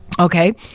Okay